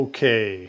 Okay